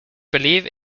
believe